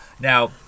Now